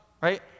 right